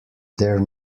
there